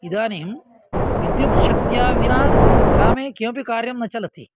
इदानीं विद्युत् शक्त्या विना ग्रामे किमपि कार्यं न चलति